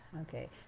Okay